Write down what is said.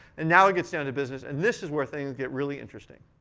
and now, it gets down to business. and this is where things get really interesting.